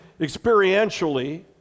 experientially